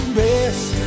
best